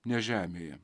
ne žemėje